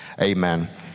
amen